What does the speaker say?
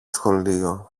σχολείο